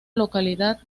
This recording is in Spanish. localidad